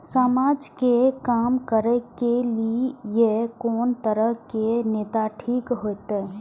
समाज के काम करें के ली ये कोन तरह के नेता ठीक होते?